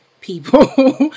people